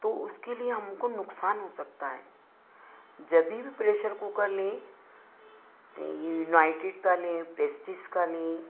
तो उसके लिए हमको नुक्सान हो सकता है जब भी भी प्रेशर कुकर लें यूनाइटेड का लें प्रेस्टीज का लें